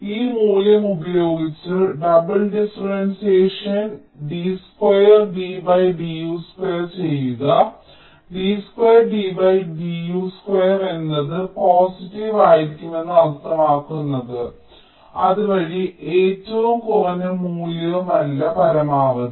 ഈ മൂല്യം ഉപയോഗിച്ച് ഡബിൾ ഡിഫറൻഷ്യേഷൻ d2Dd U2 ചെയ്യുക d2Dd U2 എന്നത് പോസിറ്റീവ് ആയിരിക്കുമെന്ന് അർത്ഥമാക്കുന്നത് അതുവഴി ഏറ്റവും കുറഞ്ഞ മൂല്യമല്ല പരമാവധി